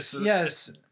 Yes